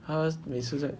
她每次在